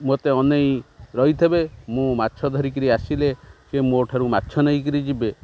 ମୋତେ ଅନେଇ ରହିଥିବେ ମୁଁ ମାଛ ଧରିକିରି ଆସିଲେ ସିଏ ମୋ ଠାରୁ ମାଛ ନେଇକିରି ଯିବେ